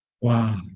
Wow